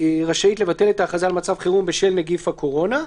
רשאית לבטל את ההכרזה על מצב חירום בשל נגיף הקורונה.